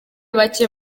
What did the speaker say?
bacye